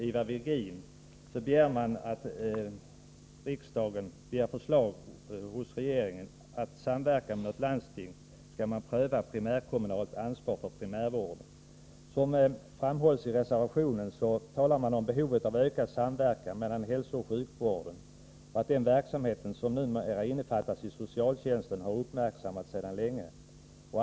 I reservation 1 framhålls att behovet av ökad samverkan mellan hälsooch sjukvården och den verksamhet som numera innefattas i socialtjänsten har uppmärksammats sedan länge.